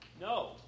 No